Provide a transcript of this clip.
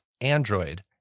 Android